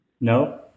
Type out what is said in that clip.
No